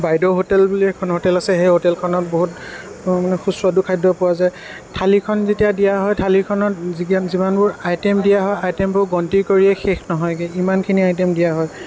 বাইদেউ হোটেল বুলি এখন হোটেল আছে সেই হোটেলখনত বহুত ধৰণৰ সুস্বাদু খাদ্য পোৱা যায় থালিখন যেতিয়া দিয়া হয় থালিখনত যিমানবোৰ আইটেম দিয়া হয় আইটেমবোৰ গন্তি কৰিয়েই শেষ নহয়গৈ ইমানবোৰ আইটেম দিয়া হয়